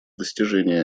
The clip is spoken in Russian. достижения